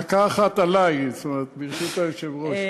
דקה אחת עלי, ברשות היושב-ראש.